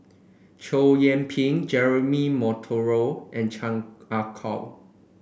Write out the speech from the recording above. Chow Yian Ping Jeremy Monteiro and Chan Ah Kow